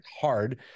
hard